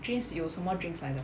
drinks 有什么 drinks 来的